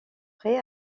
prêt